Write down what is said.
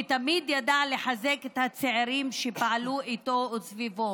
ותמיד ידע לחזק את הצעירים שפעלו איתו וסביבו.